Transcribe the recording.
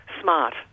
smart